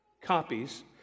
Copies